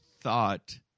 thought